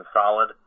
solid